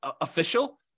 official